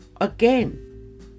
again